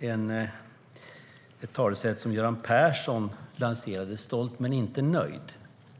ett talesätt som Göran Persson lanserade: stolt men inte nöjd.